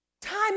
Time